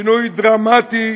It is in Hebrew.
שינוי דרמטי,